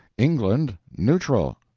england neutral!